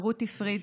ורותי פריד,